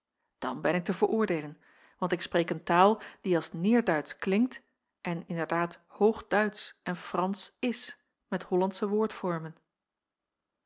dan ben ik te veroordeelen want ik spreek een taal die als neêrduitsch klinkt en inderdaad hoogduitsch en fransch is met hollandsche